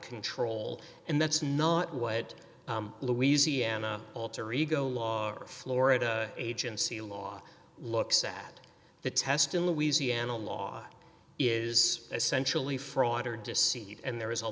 control and that's not what louisiana alter ego law or florida agency law looks at the test in louisiana law is essentially fraud or deceit and there is a